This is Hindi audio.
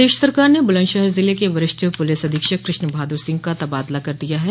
प्रदेश सरकार ने बुलंदशहर जिले के वरिष्ठ पुलिस अधीक्षक कृष्ण बहादुर सिंह का तबादला कर दिया है